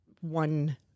one